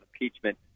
impeachment